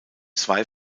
zwei